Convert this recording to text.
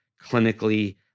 clinically